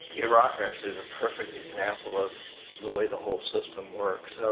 iraq, actually, is a perfect example of the way the whole system works.